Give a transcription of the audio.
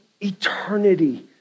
eternity